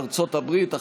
ארצות הברית,